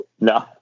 no